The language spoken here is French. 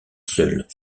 seuls